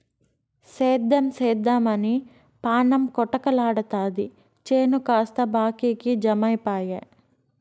సేద్దెం సేద్దెమని పాణం కొటకలాడతాది చేను కాస్త బాకీకి జమైపాయె